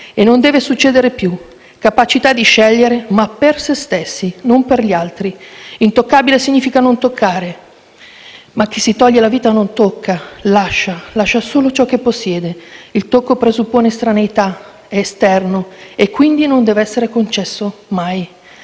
e non deve succedere mai più: vi sia la capacità di scegliere, ma per se stessi, non per gli altri. «Intoccabile» significa non toccare, ma chi si toglie la vita non tocca, lascia, lascia solo ciò che possiede. Il tocco presuppone estraneità, è esterno e quindi non deve essere concesso, mai.